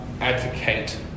advocate